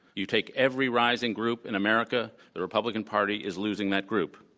you take every rising group in america. the republican party is losing that group.